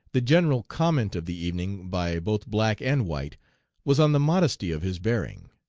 the general comment of the evening by both black and white was on the modesty of his bearing.